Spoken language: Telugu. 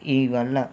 ఈ వల్ల